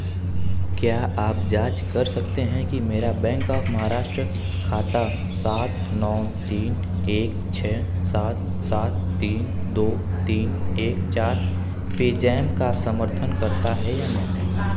क्या आप जाँच सकते हैं कि मेरा बैंक ऑफ़ महाराष्ट्र खाता सात नौ तीन एक छः सात सात तीन दो तीन एक चार पेज़ैप का समर्थन करता है या नहीं